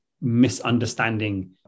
misunderstanding